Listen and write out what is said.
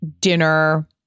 dinner